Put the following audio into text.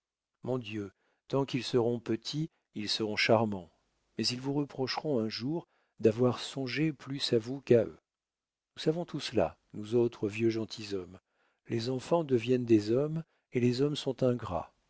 mon dieu tant qu'ils seront petits ils seront charmants mais ils vous reprocheront un jour d'avoir songé plus à vous qu'à eux nous savons tout cela nous autres vieux gentilshommes les enfants deviennent des hommes et les hommes sont ingrats